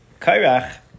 kairach